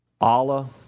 Allah